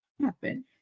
happen